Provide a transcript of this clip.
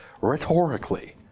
rhetorically